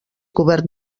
cobert